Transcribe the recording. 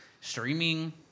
streaming